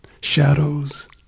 shadows